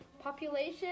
Population